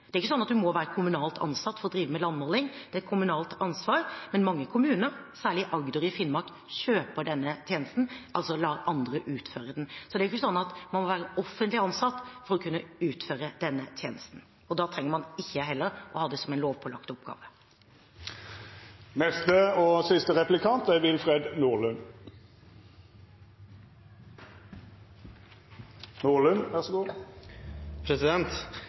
sånn at man må være kommunalt ansatt for å drive med landmåling. Det er et kommunalt ansvar, men mange kommuner, særlig i Agder og i Finnmark, kjøper denne tjenesten, altså lar andre utføre den. Det er ikke sånn at man må være offentlig ansatt for å kunne utføre denne tjenesten. Da trenger man heller ikke å ha det som en lovpålagt oppgave. Det var for så vidt oppklarende at statsråden presiserte til forrige replikant